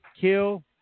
kill